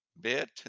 bit